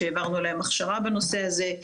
שהעברנו להן הכשרה בנושא הזה,